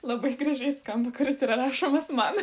labai gražiai skamba kuris yra rašomas man